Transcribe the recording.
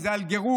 אם זה על גרות,